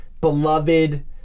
beloved